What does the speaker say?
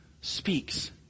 speaks